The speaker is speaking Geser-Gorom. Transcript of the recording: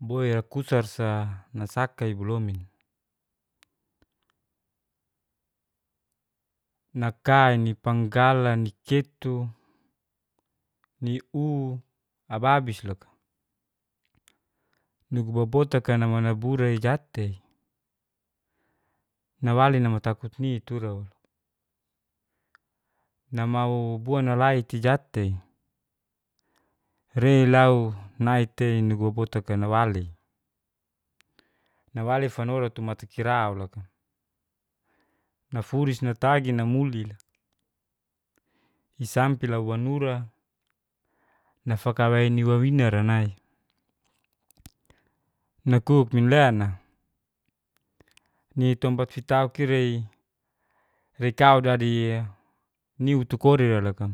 Boira kusarsa nasaka'i bualomin, nakaini panggalani ketu ni'u ababis loka. Nugu babotak'a nama naburai jat'te, nawali nama takutni tura walo. Namau buanalaiti jat'te, relau nai tei nugu botak'e nawali. Nawali fanoratu matakira' loka, nafuris natagi namulila, isampela wanura nafakawaini wawina ranai. Nakub minleana nitompat fitau kira'i rekau jadi'e niutukori'ra loka.